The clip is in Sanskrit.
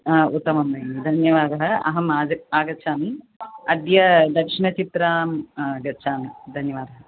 उत्तमम् भगिनी धन्यवादः अहम् आगच् आगच्छामि अद्य दक्षिनचित्रां गच्छामि धन्यवादः